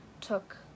took